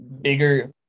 bigger